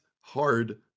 hard